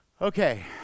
Okay